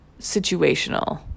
situational